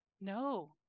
No